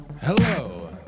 Hello